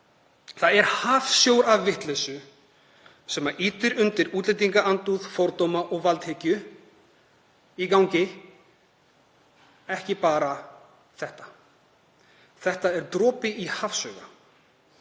það er hafsjór af vitleysu sem ýtir undir útlendingaandúð, fordóma og valdhyggju í gangi, ekki bara þetta. Þetta er dropi í hafið af